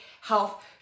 health